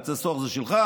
בתי הסוהר זה שלך?